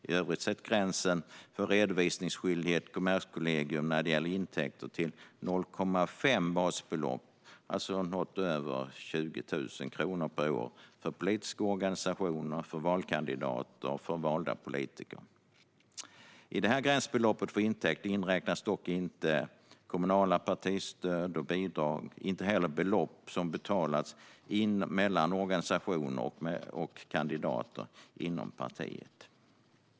I övrigt sattes gränsen för redovisningsskyldighet till Kommerskollegium av intäkter till 0,5 basbelopp, alltså något över 20 000 kronor per år, för politiska organisationer, valkandidater och valda politiker. I detta gränsbelopp för intäkter inräknas dock inte kommunala partistöd och bidrag och inte heller belopp som betalas mellan organisationer och kandidater inom partiet.